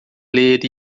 ler